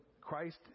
Christ